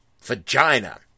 vagina